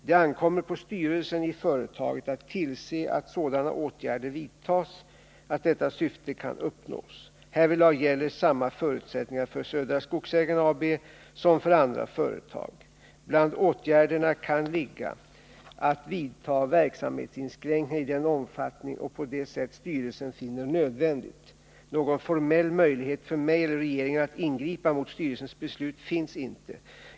Det ankommer på styrelsen i företaget att tillse att sådana åtgärder vidtas att detta syfte kan uppnås. Härvidlag gäller samma förutsättningar för Södra Skogsägarna AB som för andra företag. Bland åtgärderna kan ligga att vidta verksamhetsinskränkningar i den omfattning och på det sätt styrelsen finner nödvändigt. Någon formell möjlighet för mig eller regeringen att ingripa mot styrelsens beslut finns inte.